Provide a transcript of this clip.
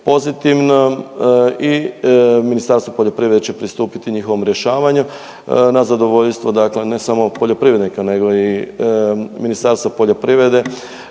pozitivno i Ministarstvo poljoprivrede će pristupiti njihovom rješavanju na zadovoljstvo dakle ne samo poljoprivrednika nego i Ministarstva poljoprivrede